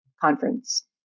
conference